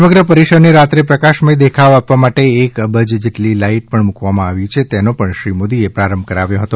સમગ્ર પરિસરને રાત્રે પ્રકાશમય દેખાવ આપવા માટે એક અબજ જેટલી લાઈટ ત્યાં મૂકવામાં આવી છે જેનો પણ શ્રી મોદીએ પ્રારભ કરાવ્યો હતો